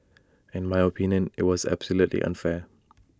in my opinion IT was absolutely unfair